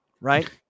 right